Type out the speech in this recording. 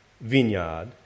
vineyard